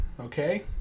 okay